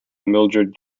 mildred